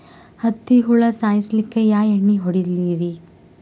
ಹತ್ತಿ ಹುಳ ಸಾಯ್ಸಲ್ಲಿಕ್ಕಿ ಯಾ ಎಣ್ಣಿ ಹೊಡಿಲಿರಿ?